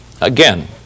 again